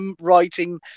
writing